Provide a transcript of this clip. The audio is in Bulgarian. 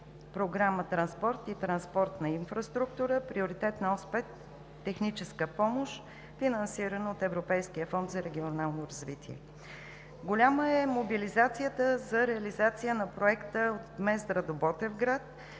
програма „Транспорт и транспортна инфраструктура“, Приоритетна ос 5 „Техническа помощ“, финансирана от Европейския фонд за регионално развитие. Голяма е мобилизацията за реализация на Проекта от Мездра до Ботевград.